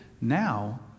Now